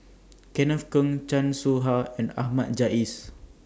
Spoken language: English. Kenneth Keng Chan Soh Ha and Ahmad Jais